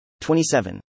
27